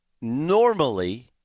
normally